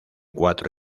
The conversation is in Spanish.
cuatro